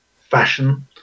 fashion